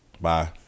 Bye